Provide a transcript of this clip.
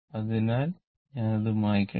അതിനാൽ ഞാൻ അത് മായ്ക്കട്ടെ